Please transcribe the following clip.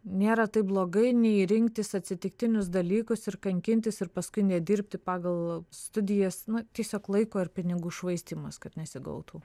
nėra tai blogai nei rinktis atsitiktinius dalykus ir kankintis ir paskui nedirbti pagal studijas nu tiesiog laiko ir pinigų švaistymas kad nesigautų